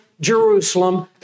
Jerusalem